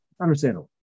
Understandable